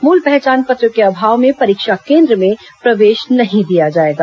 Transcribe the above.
मूल पहचान पत्र के अभाव में परीक्षा केन्द्र में प्रवेश नहीं दिया जाएगा